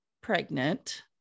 pregnant